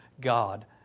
god